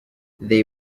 they